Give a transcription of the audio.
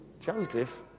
Joseph